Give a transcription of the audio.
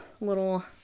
little